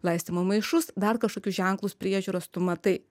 laistymo maišus dar kažkokius ženklus priežiūros tu matai